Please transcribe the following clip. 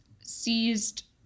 seized